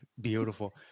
Beautiful